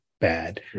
bad